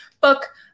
book